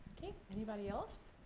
anybody else?